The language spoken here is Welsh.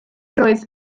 roedd